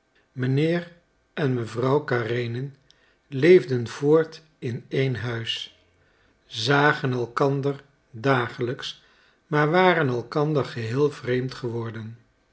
mijnheer en mevrouw karenin leefden voort in één huis zagen elkander dagelijks maar waren elkander geheel vreemd geworden